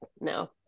No